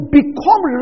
become